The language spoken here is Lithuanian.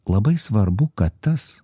labai svarbu kad tas